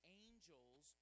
angels